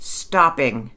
stopping